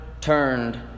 turned